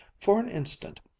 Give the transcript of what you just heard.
for an instant,